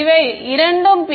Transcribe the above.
இவை இரண்டும் பி